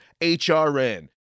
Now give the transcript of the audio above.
hrn